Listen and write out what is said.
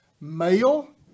Male